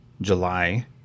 July